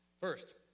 First